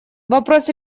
вопрос